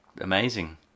amazing